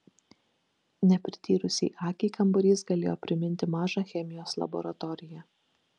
neprityrusiai akiai kambarys galėjo priminti mažą chemijos laboratoriją